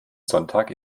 sonntag